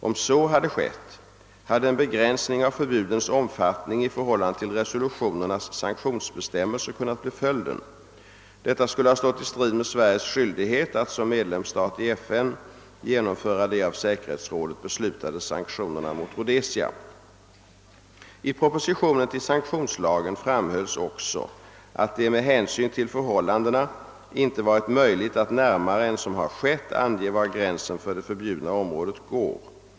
Om så hade skett, hade en begränsning av förbudens omfatt-- ning i förhållande till resolutionernas sanktionsbestämmelser kunnat bli följden. Detta skulle ha stått i strid med Sveriges skyldighet att som medlemsstat i FN genomföra de av säkerhetsrå-- det beslutade sanktionerna mot Rhodesia. I propositionen till sanktionslagen framhölls också att det med hänsyn till förhållandena inte varit möjligt att närmare än som har skett ange var gränsen för det förbjudna området går.